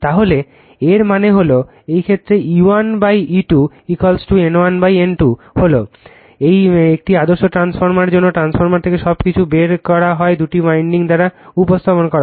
তাহলে এর মানে হল এই ক্ষেত্রে E1E2 N1N2 হল একটি আদর্শ ট্রান্সফরমার যেন ট্রান্সফরমার থেকে সবকিছু বের করা হয় দুটি উইন্ডিং দ্বারা উপস্থাপন করা হয়